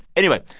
anyway,